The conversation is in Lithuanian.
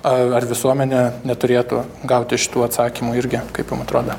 a ar visuomenė neturėtų gauti šitų atsakymų irgi kaip jum atrodo